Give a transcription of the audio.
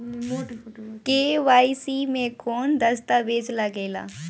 KYC मे कौन दश्तावेज लागेला?